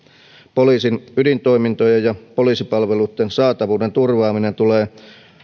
poliisin ydintoimintojen ja poliisipalveluitten saatavuuden turvaaminen tulee